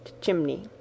chimney